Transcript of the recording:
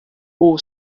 all